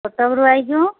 କଟକରୁ ଆସିଛୁ